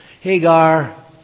Hagar